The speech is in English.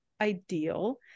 ideal